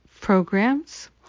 programs